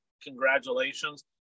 congratulations